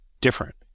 different